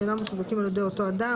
שאינם מוחזקים על ידי אותו אדם.